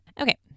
okay